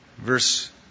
Verse